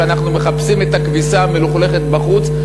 שאנחנו מכבסים את הכביסה המלוכלכת בחוץ,